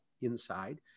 inside